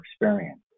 experience